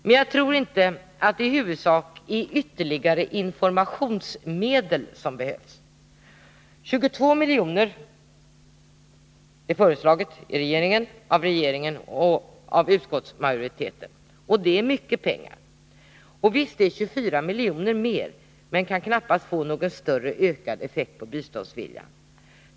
Men jag tror inte att det i huvudsak är ytterligare informationsmedel som behövs. 22 miljoner har föreslagits av regeringen och av utskottsmajoriteten. och det är mycket pengar. 24 miljoner är visserligen mer, men skillnaden kan knappast få någon ökad effekt på biståndsviljan.